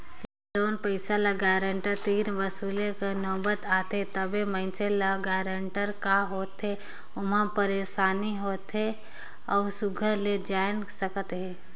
loan पइसा ल guarantor तीर वसूले कर नउबत आथे तबे मइनसे ल गारंटर का होथे ओम्हां का पइरसानी होथे ओही सुग्घर ले जाएन सकत अहे